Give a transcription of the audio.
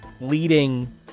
leading